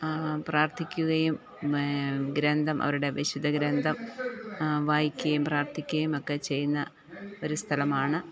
പ്രാർത്ഥിക്കുകയും ഗ്രന്ഥം അവരുടെ വിശുദ്ധ ഗ്രന്ഥം വായിക്കുകയും പ്രാർത്ഥിക്കുകയും ഒക്കെ ചെയ്യുന്ന ഒരു സ്ഥലമാണ്